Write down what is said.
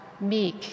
meek